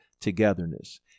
togetherness